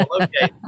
okay